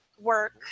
work